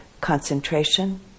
concentration